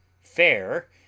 Fair